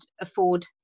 afford